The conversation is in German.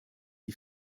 die